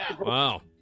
Wow